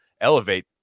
elevate